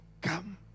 come